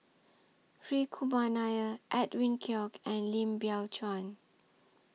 Hri Kumar Nair Edwin Koek and Lim Biow Chuan